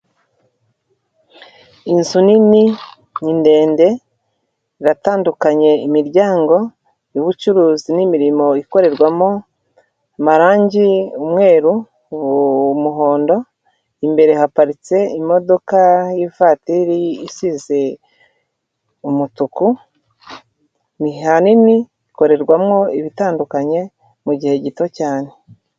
Inzu nini ni ndende, iratandukanye imiryango y'ubucuruzi n'imirimo ikorerwamo, amarangi umweru, umuhondo, imbere haparitse imodoka yivatiri isize umutuku, ni ahanini ikorerwamo ibitandukanye mugihe gito cyane.